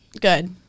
good